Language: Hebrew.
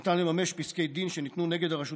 ניתן לממש פסקי דין שניתנו נגד הרשות